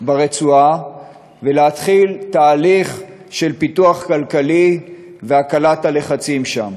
ברצועה ולהתחיל תהליך של פיתוח כלכלי והקלת הלחצים שם.